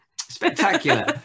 spectacular